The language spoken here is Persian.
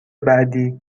بعدی